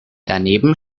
daneben